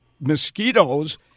mosquitoes